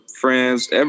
friends